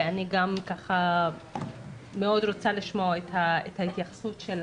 ואני גם מאוד רוצה לשמוע את ההתייחסות של